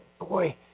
boy